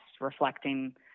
reflecting